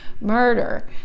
murder